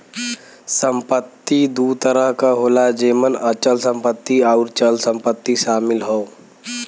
संपत्ति दू तरह क होला जेमन अचल संपत्ति आउर चल संपत्ति शामिल हौ